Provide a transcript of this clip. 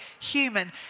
human